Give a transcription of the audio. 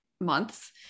months